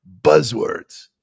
buzzwords